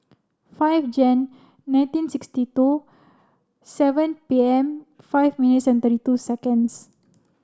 five Jan nineteen sixty two seven P M five minutes two seconds